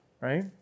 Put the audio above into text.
right